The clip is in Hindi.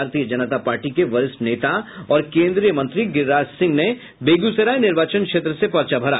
भारतीय जनता पार्टी के वरिष्ठ नेता और केन्द्रीय मंत्री गिरिराज सिंह ने बेगूसराय निर्वाचन क्षेत्र से पर्चा भरा